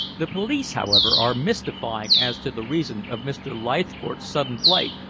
the police, however, are mystified as to the reason of mr. leithcourt's sudden flight,